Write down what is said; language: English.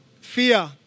fear